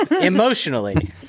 emotionally